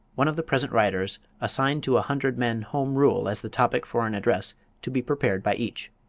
one of the present writers assigned to a hundred men home rule as the topic for an address to be prepared by each.